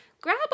Grab